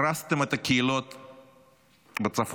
הרסתם את הקהילות בצפון,